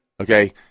Okay